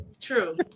true